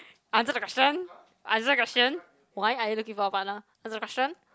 answer the question answer the question why are you looking for a partner answer the question